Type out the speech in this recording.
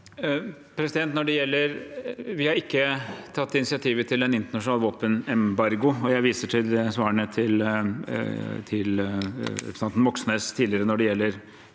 Vi har ikke tatt initiativ til en internasjonal våpenembargo, og jeg viser til svarene til representanten Moxnes tidligere når det gjelder